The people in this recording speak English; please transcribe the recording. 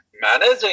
managing